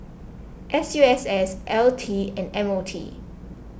S U S S L T and M O T